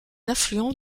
affluent